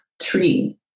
tree